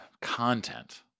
content